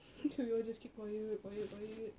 then we all just keep quiet quiet quiet